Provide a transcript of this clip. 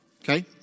Okay